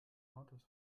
autos